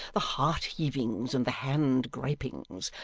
the heart-heavings and the hand-gripings,